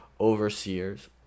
overseers